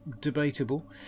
debatable